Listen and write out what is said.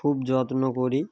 খুব যত্ন করি